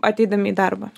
ateidami į darbą